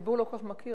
הציבור לא כל כך מכיר.